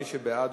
מי שבעד,